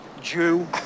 Jew